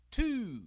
two